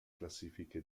classifiche